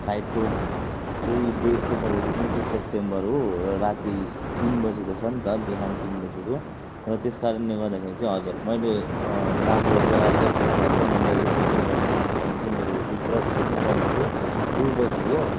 फ्लाइटको चाहिँ डेट चाहिँ तपाईँको उनन्तिस सेप्टेम्बर हो र राति तिन बजीको छ नि त बिहान तिन बजीको र त्यस कारणले गर्दाखेरि चाहिँ हजुर मैले बागडोग्रा एरपोर्टमा चाहिँ मैले रिपोर्टिङ गर्नुपर्ने टाइम चाहिँ मेरो भित्र छिर्नुपर्ने चाहिँ दुई बजी हो